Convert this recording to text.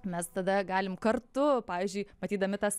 mes tada galim kartu pavyzdžiui matydami tas